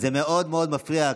זה מאוד מאוד מפריע.